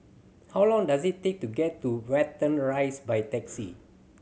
how long does it take to get to Watten Rise by taxi